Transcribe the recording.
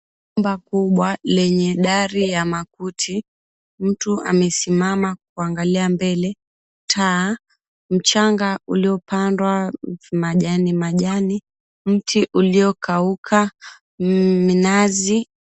Jumba kubwa lenye dari ya makuti. Mtu amesimama kuangalia mbele, taa. Mchanga uliopandwa majani majani, mti uliokauka, minazi.